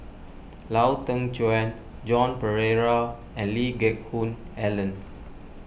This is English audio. Lau Teng Chuan Joan Pereira and Lee Geck Hoon Ellen